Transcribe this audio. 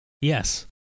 Yes